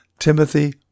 Timothy